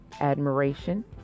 admiration